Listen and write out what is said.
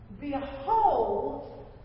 Behold